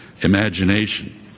imagination